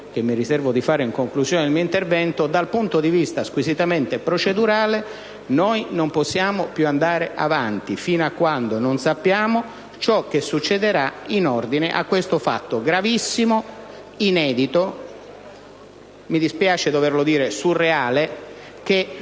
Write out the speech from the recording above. che mi riservo di fare in conclusione del mio intervento dal punto di vista squisitamente procedurale, noi non possiamo più andare avanti fino a quando non sapremo ciò che accadrà in ordine a questo fatto gravissimo, inedito e, mi dispiace doverlo dire, surreale, che